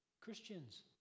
Christians